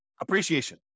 appreciation